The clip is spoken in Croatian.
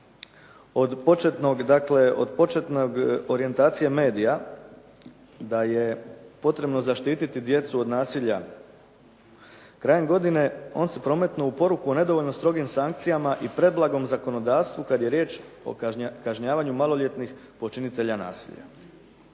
od početne orijentacije medija da je potrebno zaštiti djecu od nasilja, krajem godine on se prometnuo u poruku nedovoljno strogim sankcijama i preblagom zakonodavstvu kada je riječ o kažnjavanju maloljetnih počinitelja nasilja.